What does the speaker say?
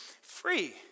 free